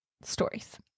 stories